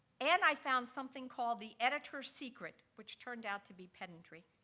and i found something called the editor's secret, which turned out to be pedantry.